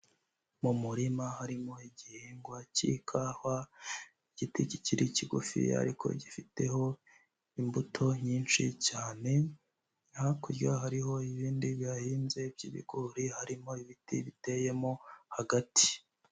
Mu murima harimo igihingwa cy'ikawa, igiti kikiri kigufi ariko gifiteho imbuto nyinshi cyane, hakurya hariho ibindi bihahinze by'ibigori harimo ibiti biteyemo hagati.